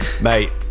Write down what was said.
mate